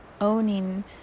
owning